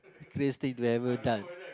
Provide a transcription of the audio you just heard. craziest thing you've ever done